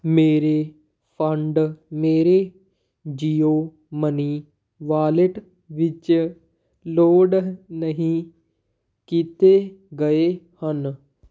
ਮੇਰੇ ਫੰਡ ਮੇਰੇ Jio money wallet ਵਿੱਚ ਲੋਡ ਨਹੀਂ ਕੀਤੇ ਗਏ ਹਨ